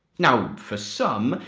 now, for some,